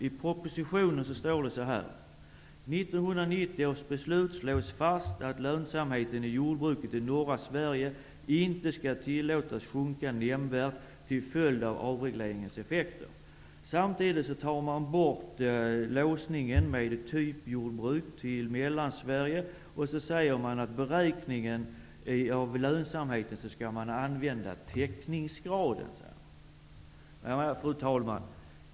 I propositionen anförs: ''I 1990 års beslut slås fast att lönsamheten i jordbruket i norra Sverige inte skall tillåtas sjunka nämnvärt till följd av avregleringens effekter.'' Samtidigt avskaffar man låsningen till ett typjordbruk i Mellansverige och uttalar att man vid beräkningen av lönsamheten skall utgå från täckningsgraden. Fru talman!